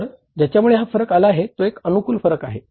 तर ज्याच्यामुळे हा फरक आला तो एक अनुकूल फरक आहे